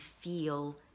feel